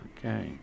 Okay